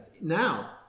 Now